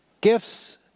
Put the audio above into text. gifts